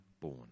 born